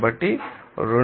కాబట్టి 200 లో 0